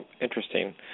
Interesting